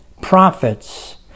prophets